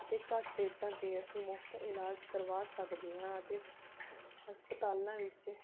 ਅਤੇ ਘੱਟ ਰੇਟਾਂ 'ਤੇ ਅਸੀਂ ਮੁਫ਼ਤ ਇਲਾਜ ਕਰਵਾ ਸਕਦੇ ਹਾਂ ਅਤੇ ਹਸਪ ਹਸਪਤਾਲਾਂ ਵਿੱਚ